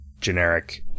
generic